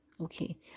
Okay